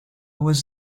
was